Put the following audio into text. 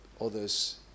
others